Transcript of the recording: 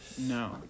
No